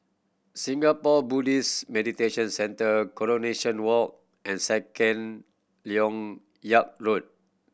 Singapore Buddhist Meditation Centre Coronation Walk and Second Lok Yang Road